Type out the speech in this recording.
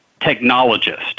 technologist